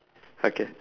okay